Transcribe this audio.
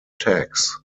tax